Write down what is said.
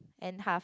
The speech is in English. and half